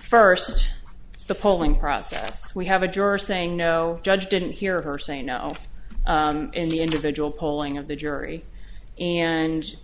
first the polling process we have a juror saying no judge didn't hear her say no in the individual polling of the jury and